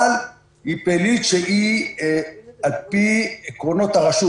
אבל היא לפי העקרונות של הרשות.